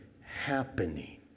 happening